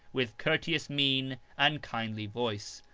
with courteous mien and kindly voice,